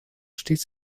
stets